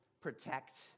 protect